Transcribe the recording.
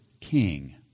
king